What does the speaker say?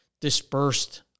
dispersed